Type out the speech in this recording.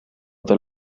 del